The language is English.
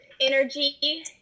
energy